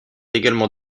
également